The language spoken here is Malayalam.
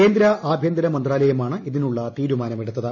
കേന്ദ്ര ആഭ്യന്തര മന്ത്രാലയമാണ് ഇതിനുള്ള തീരുമാനമെടുത്തത്